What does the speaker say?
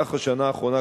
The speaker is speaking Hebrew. במהלך השנה האחרונה,